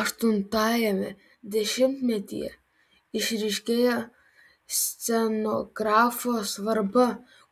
aštuntajame dešimtmetyje išryškėja scenografo svarba